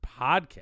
podcast